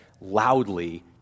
loudly